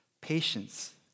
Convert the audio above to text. patience